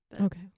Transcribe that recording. Okay